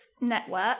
Network